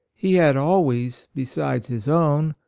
he had always, besides his own,